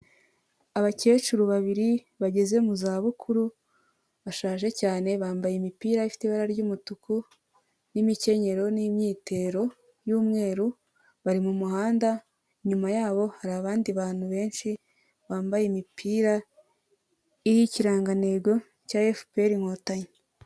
Abakecuru babiri bageze mu zabukuru bashaje cyane, bambaye imipira ifite ibara ry'umutuku n'imikenyero n'imyitero y'umweru bari mu muhanda, inyuma yabo hari abandi bantu benshi bambaye imipira iriho ikirangantego cya FPR Inkotanyi.